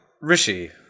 Rishi